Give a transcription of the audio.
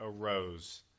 arose